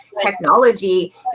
technology